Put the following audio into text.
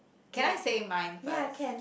can I say mine first